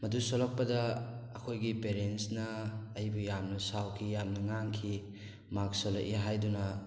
ꯃꯗꯨ ꯁꯣꯜꯂꯛꯄꯗ ꯃꯤꯁꯅ ꯑꯩꯕꯨ ꯌꯥꯝꯅ ꯁꯥꯎꯈꯤ ꯌꯥꯝꯅ ꯉꯥꯡꯈꯤ ꯃꯥꯛ ꯁꯣꯜꯂꯛꯏ ꯍꯥꯏꯗꯨꯅ